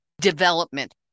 development